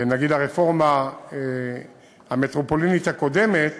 נגיד הרפורמה המטרופולינית הקודמת